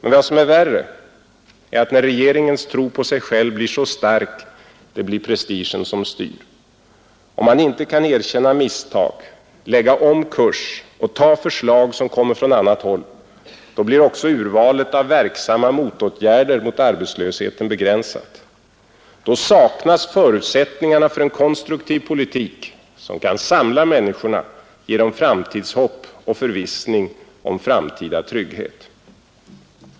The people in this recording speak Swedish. Men vad som är värre är, när regeringens tro på sig själv blir så stark, att det blir prestigen som styr. Om man inte kan erkänna misstag, lägga om kurs och ta förslag som kommer från annat håll, då blir också urvalet av verksamma motåtgärder mot arbetslösheten begränsat. Då saknas förutsättningarna för en konstruktiv politik som kan samla människorna, ge dem framtidshopp och förvissning om framtida trygghet.